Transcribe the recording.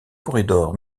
corridor